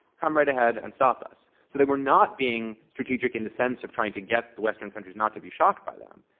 come right ahead and stop us. so they were not being strategic in the sense of trying to get the western countries not to be shocked by them.